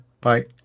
Bye